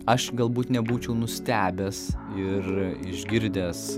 aš galbūt nebūčiau nustebęs ir išgirdęs